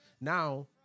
Now